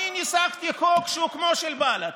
אני ניסחתי חוק שהוא כמו של בל"ד,